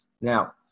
Now